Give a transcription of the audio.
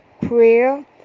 prayer